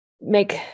make